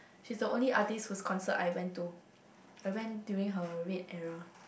she's the only artist whose concert I went to I went during her red era